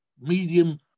medium